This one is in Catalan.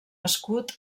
escut